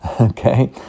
okay